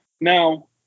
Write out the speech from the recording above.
Now